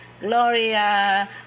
Gloria